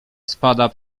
spada